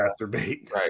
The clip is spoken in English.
Right